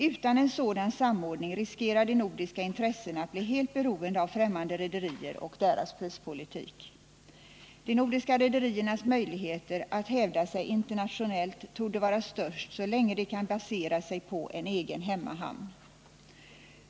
Utan en sådan samordning riskerar de nordiska intressena att bli helt beroende av främmande rederier och deras prispolitik. De nordiska rederiernas möjligheter att hävda sig internationellt torde vara störst så länge de kan basera sig på en egen hemmahamn.